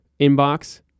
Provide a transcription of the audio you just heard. inbox